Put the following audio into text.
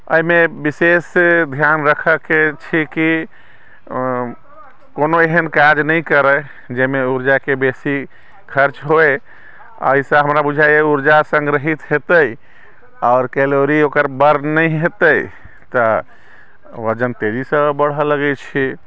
एहिमे विशेष ध्यान रखयके छै कि ओ कोनो एहन काज नहि करय जाहिमे ऊर्जाके बेसी खर्च होइ एहिसँ हमरा बुझाइए ऊर्जा सङ्ग्रहित हेतै आओर कैलोरी ओकर बर्न नहि हेतै तऽ वजन तेजीसँ बढ़य लगै छै